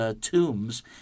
tombs